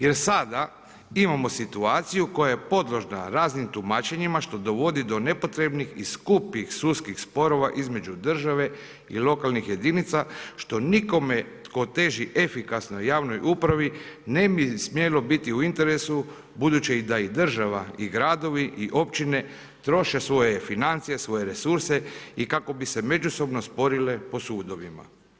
Jer sada imamo situaciju koja je podložna raznim tumačenjima što dovodi do nepotrebnih i skupih sudskih sporova između države i lokalnih jedinica što nikome tko teži efikasnoj javnoj upravi ne bi smjelo biti u interesu, budući da i država i gradovi i općine troše svoje financije, svoje resurse i kako bi se međusobno sporile po sudovima.